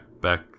back